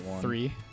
three